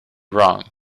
wrong